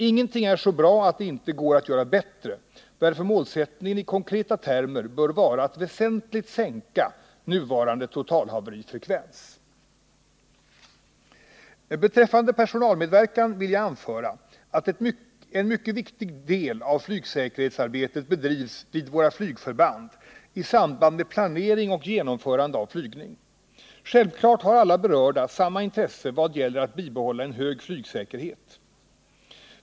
Ingenting är så bra att det inte går att göra bättre, varför målsättningen i konkreta termer bör vara att väsentligt sänka nuvarande totalhaverifrekvens. Beträffande personalmedverkan vill jag anföra att en mycket viktig del av flygsäkerhetsarbetet bedrivs vid våra flygförband i samband med planering och genomförande av flygning. Självklart har alla berörda samma intresse vad gäller att bibehålla en hög flygsäkerhet.